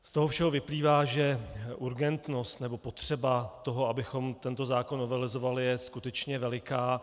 Z toho všeho vyplývá, že urgentnost nebo potřeba toho, abychom tento zákon novelizovali, je skutečně veliká.